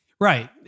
Right